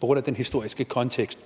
på grund af den historiske kontekst.